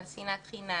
על שנאת חינם,